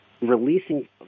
releasing